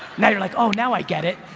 now you're like, oh now i get it.